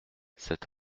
cet